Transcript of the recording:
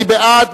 מי בעד?